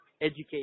education